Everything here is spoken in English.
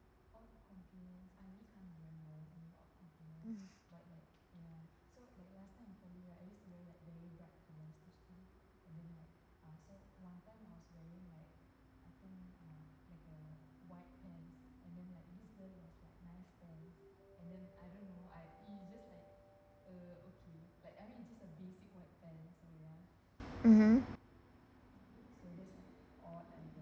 mmhmm